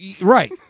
Right